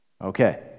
okay